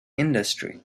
industry